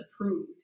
approved